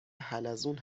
حلزون